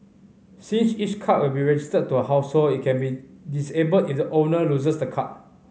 since each card will be registered to a household it can be disabled if the owner loses the card